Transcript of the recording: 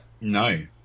No